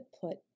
put